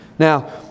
Now